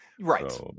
right